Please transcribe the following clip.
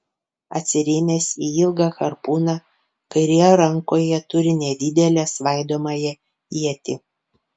atsirėmęs į ilgą harpūną kairėje rankoje turi nedidelę svaidomąją ietį